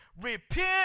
repent